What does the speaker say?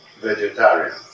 vegetarian